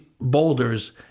boulders